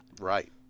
Right